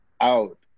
out